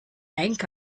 bank